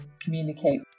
communicate